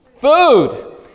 Food